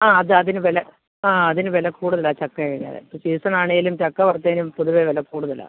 ആ അത് അതിന് വില ആ അതിന് വില കൂടുതലാണ് ചക്കേലത് സീസണാണേലും ചക്ക വറുത്തതിനും പൊതുവേ വില കൂടുതലാണ്